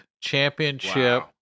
championship